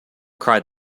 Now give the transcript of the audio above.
cried